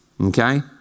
Okay